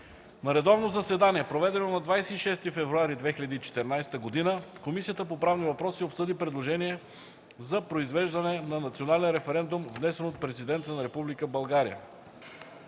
На редовно заседание, проведено на 26 февруари 2014 г., Комисията по правни въпроси обсъди предложение за произвеждане на национален референдум, внесено от Президента на Република България.